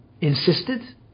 insisted